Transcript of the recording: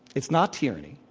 it's not tyranny,